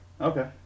Okay